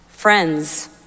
Friends